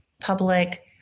public